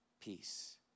Peace